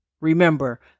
Remember